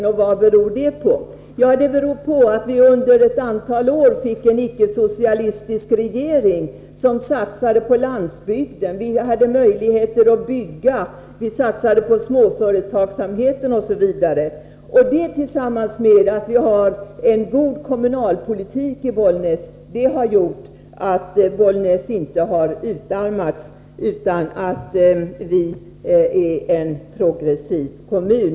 Och vad beror det på? Ja, det beror på att vi under ett antal år hade en icke-socialistisk regering, som satsade på landsbygden. Vi hade möjligheter att bygga, vi satsade på småföretagsamheten osv. Detta, tillsammans med att vi har en god kommunalpolitik i Bollnäs, har gjort att Bollnäs inte har utarmats utan är en progressiv kommun.